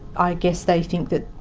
i guess they think that,